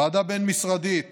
ועדה בין-משרדית